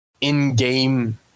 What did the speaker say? in-game